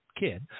kid